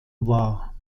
wahr